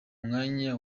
mwanya